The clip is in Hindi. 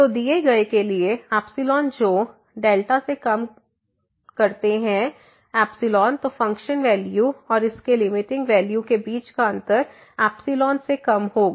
तो दिए गए के लिए जो से कम करते हैं तो फंक्शन वैल्यू और इसके लिमिटिंग वैल्यू के बीच का अंतर से कम होगा